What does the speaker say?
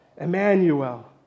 Emmanuel